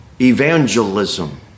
evangelism